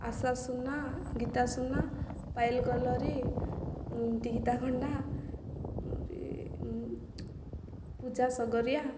ଆଶା Suna Gita Suna Payal Kalri Dagita Khanna Puja Sagaria